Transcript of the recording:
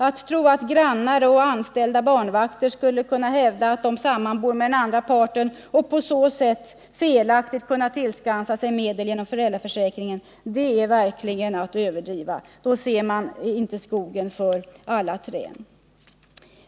Att tro att grannar och anställda barnvakter skulle kunna hävda att de sammanbor med den andra parten och på så sätt felaktigt kunna tillskansa sig medel genom föräldraförsäkringen — det är verkligen att överdriva. Då ser man inte skogen för alla träd.